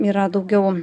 yra daugiau